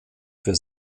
für